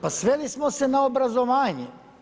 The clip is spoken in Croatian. Pa sveli smo se na obrazovanje.